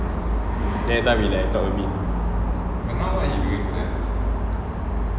then that time we like talk a bit